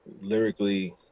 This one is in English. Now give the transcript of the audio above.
lyrically